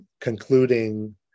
concluding